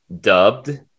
dubbed